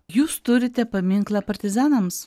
jūs turite paminklą partizanams